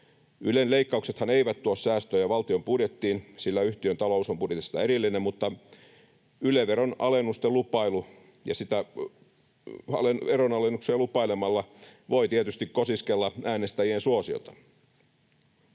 Ylen leikkauksethan eivät tuo säästöjä valtion budjettiin, sillä yhtiön talous on budjetista erillinen, mutta Yle-veron alennuksia lupailemalla voi tietysti kosiskella äänestäjien suosiota.